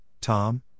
Tom